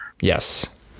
Yes